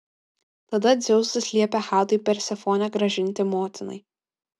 tada dzeusas liepė hadui persefonę grąžinti motinai